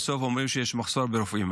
בסוף אומרים שיש מחסור ברופאים.